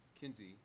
Kinsey